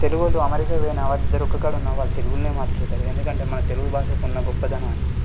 తెలుగు వాళ్ళు అమెరికాకు పోయిన వాళ్ళిద్దరూ ఒకకాడ ఉన్న వాళ్ళు తెలుగులోనే మాట్లాడతరు ఎందుకంటే మన తెలుగు భాషకున్న గొప్పతనం అది